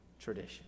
Tradition